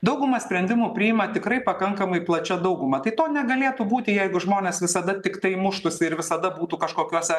daugumą sprendimų priima tikrai pakankamai plačia dauguma tai to negalėtų būti jeigu žmonės visada tiktai muštųsi ir visada būtų kažkokiuose